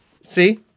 See